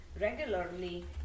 regularly